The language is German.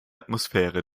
atmosphäre